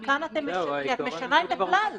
כי את משנה את הכלל.